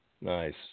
Nice